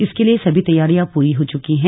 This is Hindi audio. इसके लिए सभी तैयारियां पूरी हो चुकी हैं